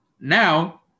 Now